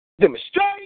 Demonstrate